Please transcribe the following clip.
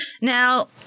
Now